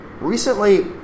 recently